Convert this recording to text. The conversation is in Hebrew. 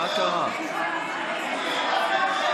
אין לכם רוב,